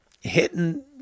hitting